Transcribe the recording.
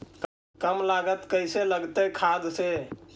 कम लागत कैसे लगतय खाद से?